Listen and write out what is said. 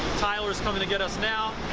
tyler's coming to get us now